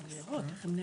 כדי לראות איך הם נערכים.